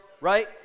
right